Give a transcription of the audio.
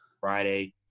Friday